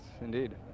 indeed